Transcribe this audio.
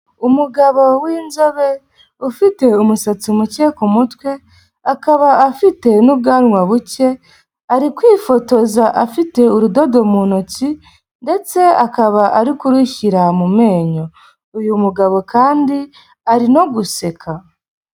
Umugabo w'inzobe ufite umusatsi muke ku mutwe, akaba afite n'ubwanwa buke, ari kwifotoza afite urudodo mu ntoki ndetse akaba ari kurushyira mu menyo, uyu mugabo kandi ari no guseka.